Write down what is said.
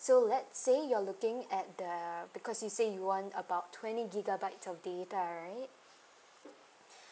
so let's say you're looking at the because you say you want about twenty gigabytes of data right